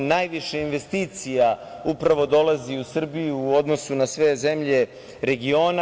Najviše investicija upravo dolazi u Srbiju u odnosu na sve zemlje regiona.